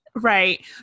Right